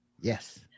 Yes